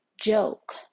joke